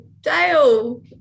Dale